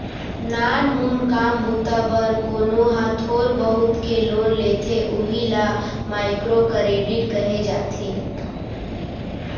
नानमून काम बूता बर कोनो ह थोर बहुत के लोन लेथे उही ल माइक्रो करेडिट कहे जाथे